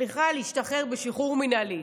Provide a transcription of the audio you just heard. להשתחרר בשחרור מינהלי.